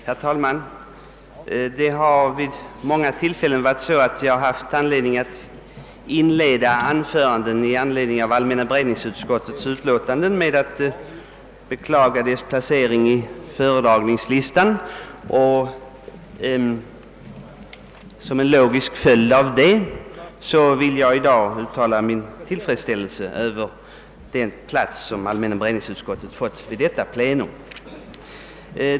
Herr talman! Jag har vid många tillfällen haft anledning att inleda anföranden om allmänna beredningsutskottets utlåtanden med att beklaga deras placering på föredragningslistan. Som en logisk följd vill jag i dag uttala min tillfredsställelse över den plats, som allmänna beredningsutskottets utlåtanden fått på dagens föredragningslista.